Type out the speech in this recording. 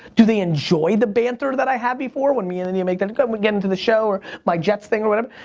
do they enjoy the banter that i had before when me and india make before we get into the show? or my jets thing or whatever?